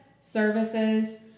services